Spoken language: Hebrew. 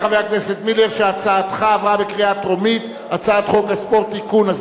ההצעה להעביר את הצעת חוק הספורט (תיקון,